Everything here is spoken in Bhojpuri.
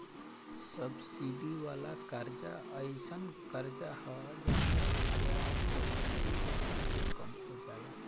सब्सिडी वाला कर्जा एयीसन कर्जा ह जवना के ब्याज सब्सिडी के चलते कम हो जाला